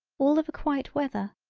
all of a quite weather,